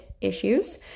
issues